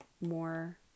more